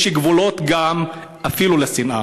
יש גבולות אפילו לשנאה.